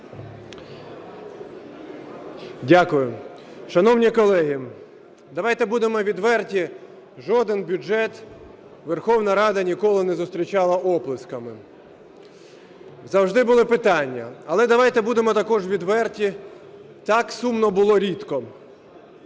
Дякую. Шановні колеги, давайте будемо відверті, жоден бюджет Верховна Рада ніколи не зустрічала оплесками. Завжди були питання. Але давайте будемо також відверті, так сумно було рідко.